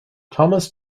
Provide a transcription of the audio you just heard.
thomas